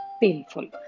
painful